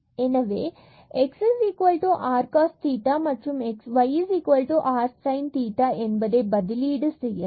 எனவே x r cos theta மற்றும் y sin theta என்பதை பதிலீடு செய்யலாம்